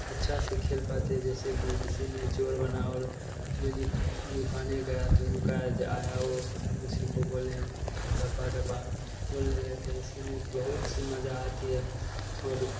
अच्छा से खेल पाते हैं जैसे कि किसी ने चोर बना और मने लुकाने गया तो लुकाया आया वो उसी को बोले हम धपा धपा बोलने लगते हैं इसी में तो बहुत सी मजा आती है और